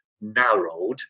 narrowed